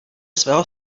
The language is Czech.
svého